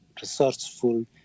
resourceful